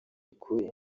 ukuri